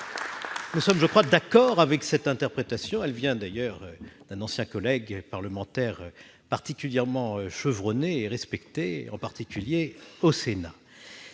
Nous sommes d'accord avec cette interprétation, qui émane, d'ailleurs, d'un ancien collègue parlementaire particulièrement chevronné et respecté, singulièrement au Sénat.